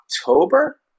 October